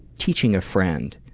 teaching a friend,